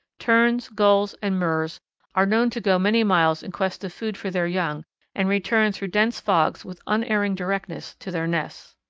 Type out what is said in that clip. terns, gulls, and murres are known to go many miles in quest of food for their young and return through dense fogs with unerring directness to their nests.